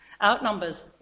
outnumbers